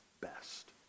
best